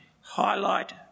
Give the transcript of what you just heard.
highlight